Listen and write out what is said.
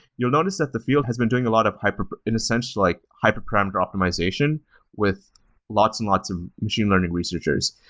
you'll notice that the field has been doing a lot of, in a sense, like hyperparameter optimization with lots and lots of machine learning researchers.